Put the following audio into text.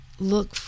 look